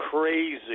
crazy